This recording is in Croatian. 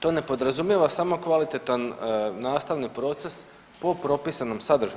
to ne podrazumijeva samo kvalitetan nastavni proces po propisanom sadržaju.